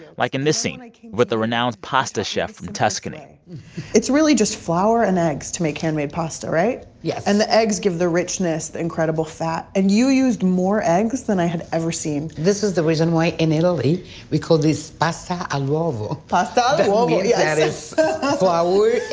like in this scene like with a renowned pasta chef from tuscany it's really just flour and eggs to make handmade pasta, right? yes and the eggs give the richness, the incredible fat. and you used more eggs than i had ever seen this is the reason why in italy we call this pasta all'uovo pasta all'uovo, yes yeah that is ah flour